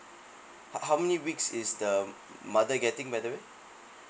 h~ how many weeks is the mother getting by the way